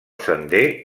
sender